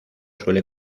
suele